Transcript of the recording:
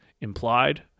implied